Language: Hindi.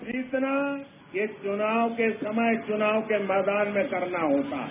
जीतना एक चुनाव के समय चुनाव के मैदान में करना होता है